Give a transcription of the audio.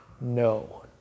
no